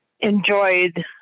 enjoyed